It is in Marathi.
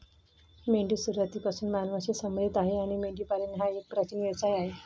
मेंढी सुरुवातीपासूनच मानवांशी संबंधित आहे आणि मेंढीपालन हा एक प्राचीन व्यवसाय आहे